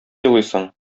елыйсың